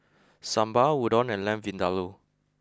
Sambar Udon and Lamb Vindaloo